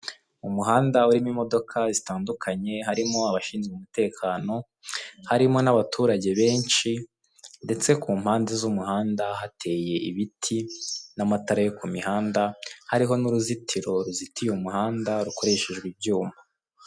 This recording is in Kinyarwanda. Umuhanda urimo imodoka zitandukanye harimo abashinzwe umutekeno, harimo n'abaturage benshi ndetse ku mpande z'umuhanda hateye ibiti n'amatara yo ku mihanda hariho n'uruzitiro ruzitiye umuhanda rukoreshejwe ibyuma.